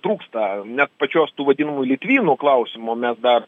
trūksta net pačios tų vadinamų litvinų klausimu mes dar